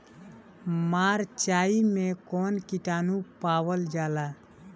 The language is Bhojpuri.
मारचाई मे कौन किटानु पावल जाला?